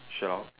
Sherlock